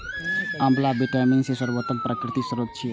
आंवला vitamin C के सर्वोत्तम प्राकृतिक स्रोत छियै